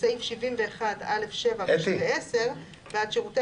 בסעיף 71(א)(7) ו-(10) - לרבות בעבורבעד שירותי